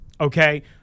okay